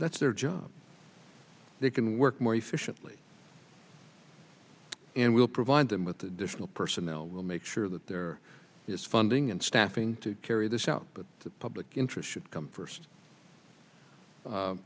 that's their job they can work more efficiently and we'll provide them with additional personnel will make sure that there is funding and staffing to carry this out but the public interest should come first